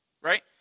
right